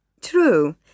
True